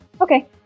okay